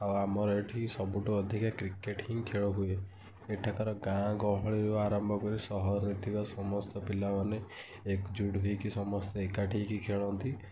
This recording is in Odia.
ଆଉ ଆମର ଏଠି ସବୁଠୁ ଅଧିକା କ୍ରିକେଟ୍ ହିଁ ଖେଳହୁଏ ଏଠାକାର ଗାଁ ଗହଳିରୁ ଆରମ୍ଭ କରି ସହରରେ ଥିବା ସମସ୍ତ ପିଲାମାନେ ଏକଜୁଟ୍ ହୋଇକି ସମସ୍ତେ ଏକାଠି ହୋଇକି ଖେଳନ୍ତି